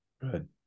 good